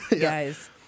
guys